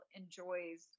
enjoys